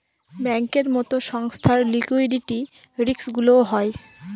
ব্যাঙ্কের মতো সংস্থার লিকুইডিটি রিস্কগুলোও হয়